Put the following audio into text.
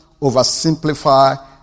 oversimplify